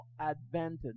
advantage